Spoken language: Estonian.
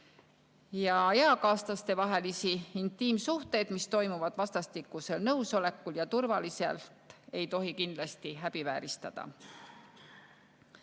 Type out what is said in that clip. Eakaaslastevahelisi intiimsuhteid, mis toimuvad vastastikusel nõusolekul ja turvaliselt, ei tohi kindlasti häbivääristada.